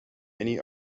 many